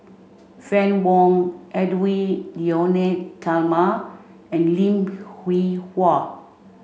Fann Wong Edwy Lyonet Talma and Lim Hwee Hua